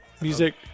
music